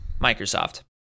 Microsoft